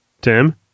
Tim